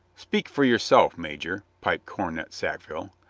speak for yourself, major, piped cornet sack ville.